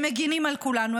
הם מגינים על כולנו,